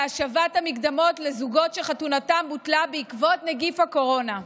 להשבת המקדמות לזוגות שחתונתם בוטלה עקב נגיף הקורונה.